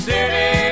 City